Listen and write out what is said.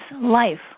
life